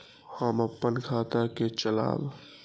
हम अपन खाता के चलाब?